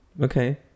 okay